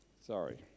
Sorry